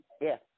Yes